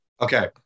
Okay